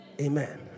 Amen